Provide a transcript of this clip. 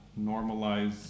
normalize